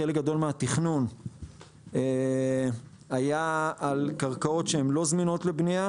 חלק גדול מהתכנון היה על קרקעות שהן לא זמינות לבנייה.